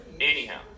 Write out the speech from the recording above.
Anyhow